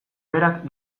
berak